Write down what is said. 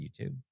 YouTube